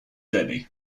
denny